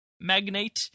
Magnate